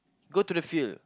go the field